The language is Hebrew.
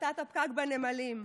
הפחתת הפקק בנמלים.